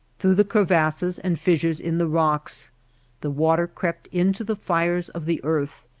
through the crevasses and fissures in the rocks the water crept into the fires of the earth,